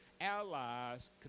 allies